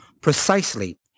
precisely